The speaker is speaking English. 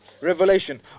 Revelation